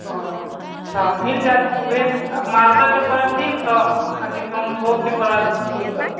ओ तऽ मिल जायत ऊहे मालदा के पड़त तीन सए आ किसनभोग के पड़त दू सए